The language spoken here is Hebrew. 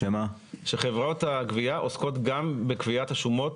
שחברות הגבייה עוסקות גם בקביעת השומות